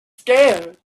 scared